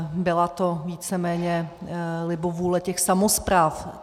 Byla to víceméně libovůle těch samospráv.